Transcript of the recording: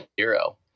zero